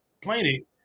complaining